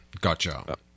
Gotcha